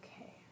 Okay